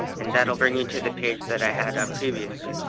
and that'll bring you to the page that i had up previously.